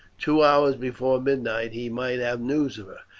two hours before midnight, he might have news of her.